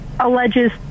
Alleges